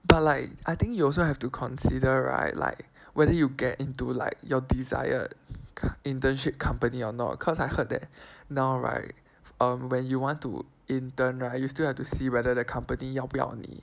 but like I think you also have to consider right like whether you get into like your desired internship company or not cause I heard that now right um when you want to intern right you still have to see whether the company 要不要你